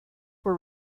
were